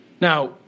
Now